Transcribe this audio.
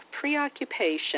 preoccupation